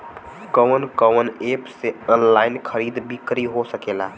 कवन कवन एप से ऑनलाइन खरीद बिक्री हो सकेला?